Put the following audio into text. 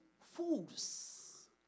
Fools